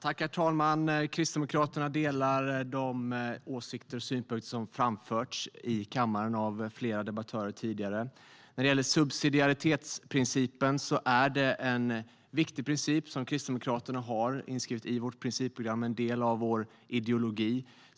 Herr talman! Kristdemokraterna delar de åsikter och synpunkter som framförts i kammaren av flera tidigare debattörer. Subsidiaritetsprincipen är en viktig princip som vi i Kristdemokraterna har inskriven i vårt principprogram. Det är en del av vår ideologi.